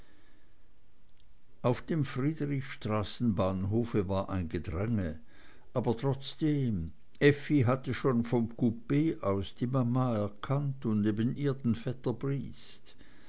auf dem friedrichstraßen bahnhof war ein gedränge aber trotzdem effi hatte schon vom coup aus die mama erkannt und neben ihr den vetter briest